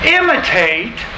imitate